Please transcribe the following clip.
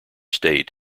state